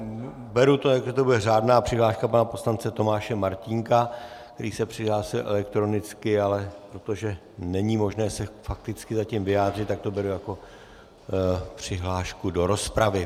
Beru to, jako že to bude řádná přihláška pana poslance Tomáše Martínka, který se přihlásil elektronicky, ale protože není možné se fakticky zatím vyjádřit, tak to beru jako přihlášku do rozpravy.